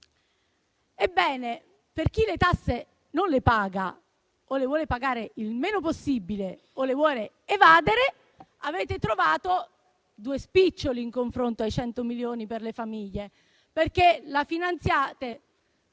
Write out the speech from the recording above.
ebbene per chi le tasse non le paga o le vuole pagare il meno possibile o le vuole evadere avete trovato due spiccioli in confronto ai 100 milioni per le famiglie: la finanziate